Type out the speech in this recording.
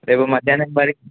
రేపు మధ్యాహ్నం వరకి